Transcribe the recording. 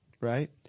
Right